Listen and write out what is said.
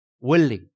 willing